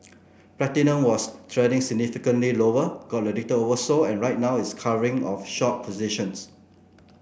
platinum was trending significantly lower got a little oversold and right now it's covering of short positions